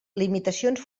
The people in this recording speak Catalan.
limitacions